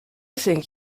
think